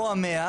או ה-100,